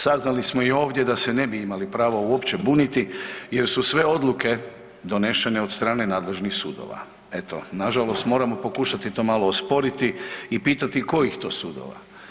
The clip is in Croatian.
Saznali smo i ovdje da se ne bi imali pravo uopće buniti jer su sve odluke donešene od strane nadležnih sudova, eto nažalost moramo pokušati to malo osporiti i pitati kojih to sudova?